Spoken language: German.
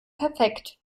perfekt